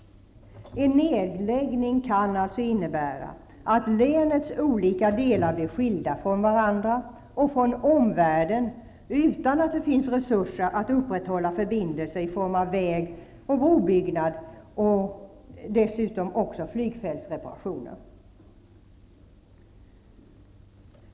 En nedläggning kan alltså innebära att länets olika delar blir skilda från varandra och från omvärlden utan att det finns resurser att upprätthålla förbindelser i form av väg och brobyggnad och dessutom flygfältsreparationer.